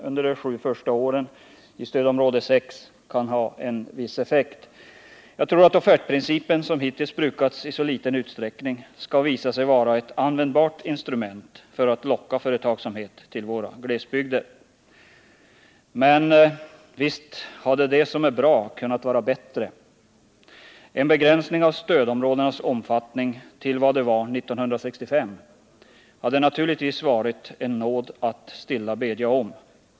under de sju första åren - i stödområde 6 — kan ha en viss effekt. Jag tror att offertprincipen, som hittills brukats i liten utsträckning, skall visa sig vara ett användbart instrument för att locka företagsamhet till våra glesbygder. Men visst hade det som är bra kunnat vara bättre. En begränsning av stödområdenas omfattning till vad de var 1965 hade naturligtvis varit en nåd att stilla bedja om.